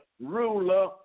Ruler